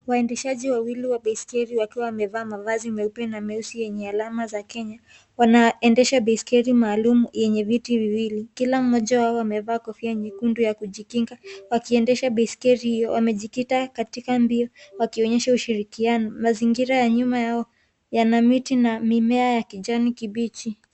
Waendeshaji wawili wa baiskeli wakiwa wamevaa mavazi meupe na meusi yenye alama za kenya wanaendesha baiskeli maalum yenye viti viwili kila mmoja wao amevaa kofia nyekundu ya kujikinga wakiendesha baiskeli hiyo wamejikita katika mbio wakionyesha ushirikiano, mazingira ya nyuma yao yana miti na mimea yakijani kibichi.